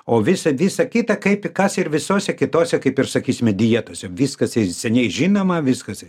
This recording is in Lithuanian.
o visa visa kita kaip kas ir visose kitose kaip ir sakysime dietose viskas seniai žinoma viskas